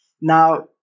Now